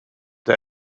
der